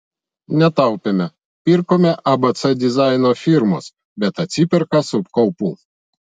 netaupėme pirkome abc dizaino firmos bet atsiperka su kaupu